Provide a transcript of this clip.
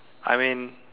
I mean